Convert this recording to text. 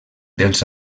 dels